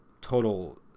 total